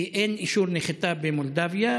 כי אין אישור נחיתה במולדובה.